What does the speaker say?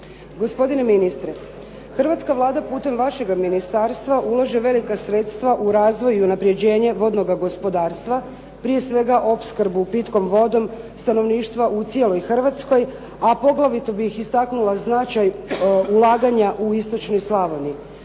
Gospodine ministre, hrvatska Vlada putem vašega ministarstva ulaže velika sredstva u razvoj i unapređenje vodnoga gospodarstva, prije svega opskrbu pitkom vodom stanovništva u cijeloj Hrvatskoj, a poglavito bih istaknula značaj ulaganja u istočnoj Slavoniji.